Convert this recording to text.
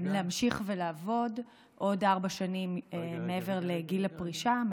להמשיך ולעבוד עוד ארבע שנים מעבר לגיל הפרישה,